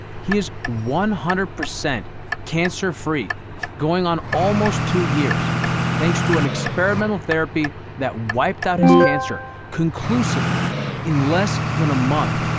he is one hundred percent cancer free going on almost two years thanks to an experimental therapy that wiped out his cancer conclusively in less than a month.